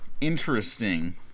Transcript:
Interesting